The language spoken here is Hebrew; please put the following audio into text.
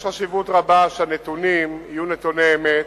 יש חשיבות רבה לכך שהנתונים יהיו נתוני אמת,